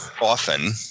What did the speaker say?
often